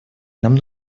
нам